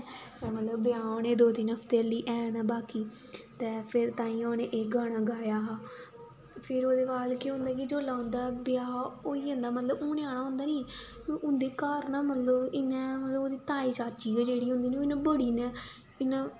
मतलब ब्याह् होने गी दो तिन हफ्ते हाल्ली हैन न बाकी ते फिर ताइयें उ'नें एह् गाना गाया हा फिर ओह्दे बाद केह् होंदा कि जुल्लै उं'दा ब्याह् होई जंदा मतलब होने आह्ला होंदा नी उं'दे घर ना मतलब इ'यां मतलब ओह्दी ताई चाची गै जेह्ड़ी होंदी ना उ'नें इ'यां बड़ी ने